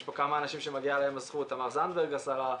יש פה כמה אנשים שמגיעה להם הזכות תמר זנדברג השרה,